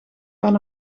van